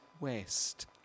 west